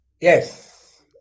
Yes